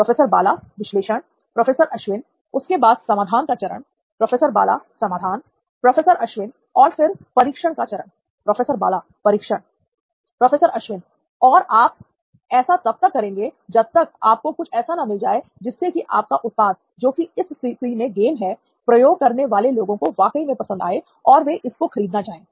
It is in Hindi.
प्रोफेसर बाला विश्लेषण प्रोफेसर अश्विन उसके बाद समाधान का चरण प्रोफेसर बाला समाधान प्रोफेसर अश्विन और फिर परीक्षण काचरण प्रोफेसर बाला परीक्षण प्रोफेसर अश्विन और आप ऐसा तब तक करेंगे जब तक आपको कुछ ऐसा ना मिल जाए जिससे कि आपका उत्पाद जो कि इस स्तिथि मैं गेमहै प्रयोग करने वाले लोगों को वाकई में पसंद आए और वे इसको खरीदना चाहे